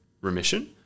remission